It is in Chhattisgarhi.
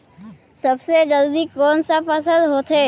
सबले जल्दी कोन सा फसल ह होथे?